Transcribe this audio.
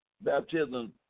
baptism